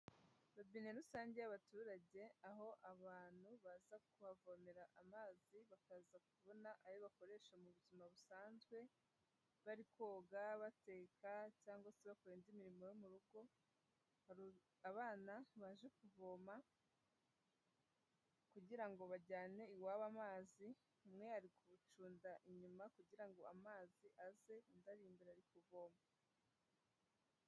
Robine rusange y'abaturage, aho abantu baza kuhavomera amazi bakaza kubona ayo bakoresha mu buzima busanzwe, bari koga, bateka, cyangwa se bakora indi mirimo yo mu rugo, hari abana baje kuvoma, kugira ngo bajyane iwabo amazi, umwe ari gucunda inyuma kugira ngo amazi aze, undi ari imbere ari kuvoma.